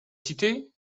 cité